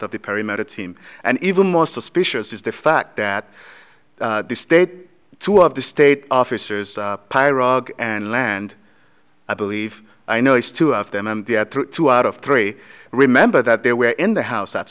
of the perry met a team and even more suspicious is the fact that the state two of the state officers and land i believe i know is two of them dead through two out of three remember that they were in the house at